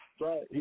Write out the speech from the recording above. right